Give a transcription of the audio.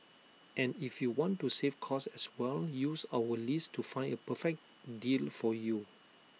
and if you want to save cost as well use our list to find A perfect deal for you